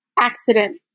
Accident